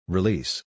Release